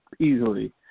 Easily